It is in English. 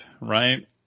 right